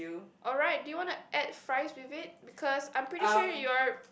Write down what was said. alright do you wanna add fries with it because I'm pretty sure you are